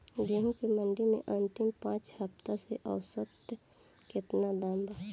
गेंहू के मंडी मे अंतिम पाँच हफ्ता से औसतन केतना दाम बा?